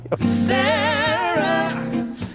Sarah